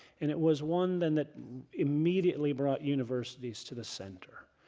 and it was one that immediately brought universities to the center.